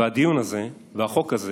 והדיון הזה והחוק הזה